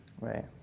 Right